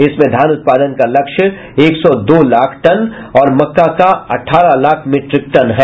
इसमें धान उत्पादन का लक्ष्य एक सौ दो लाख और मक्का का अठारह लाख मिट्रिक टन है